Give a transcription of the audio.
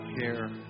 care